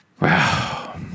wow